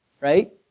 Right